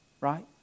Right